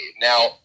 Now